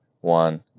one